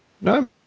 No